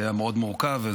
זה היה מורכב מאוד.